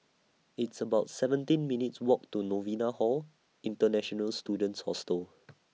It's about seventeen minutes' Walk to Novena Hall International Students Hostel